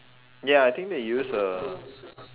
ya I think they use uh